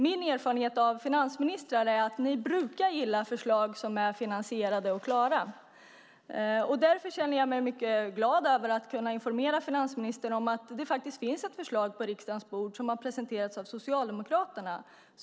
Min erfarenhet av finansministrar är dock att ni brukar gilla förslag som är finansierade och klara, och därför känner jag mig mycket glad över att kunna informera finansministern att det faktiskt finns ett förslag på riksdagens bord som har presenterats av Socialdemokraterna.